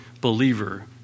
believer